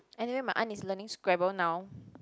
and then my aunt is learning Scramble now